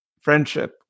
friendship